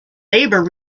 labor